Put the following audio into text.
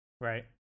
Right